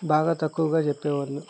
బాగా తక్కువగా చెప్పేవాళ్ళు